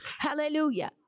Hallelujah